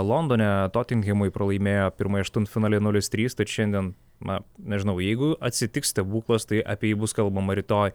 londone totinhemui pralaimėjo pirmąjį aštuntfinalį nulis trys tad šiandien na nežinau jeigu atsitiks stebuklas tai apie jį bus kalbama rytoj